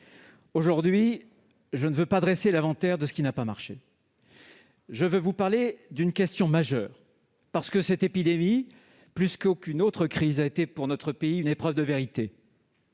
Aujourd'hui, je ne veux pas dresser l'inventaire de ce qui n'a pas marché. Je veux vous parler d'une question majeure, parce que cette épidémie, plus qu'aucune autre crise, a été pour notre pays une épreuve de vérité.